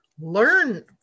learn